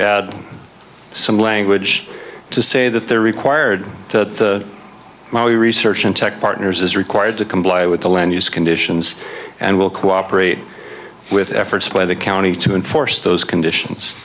had some language to say that they're required to while you research and tech partners is required to comply with the land use conditions and will cooperate with efforts by the county to enforce those conditions